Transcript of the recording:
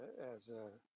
as a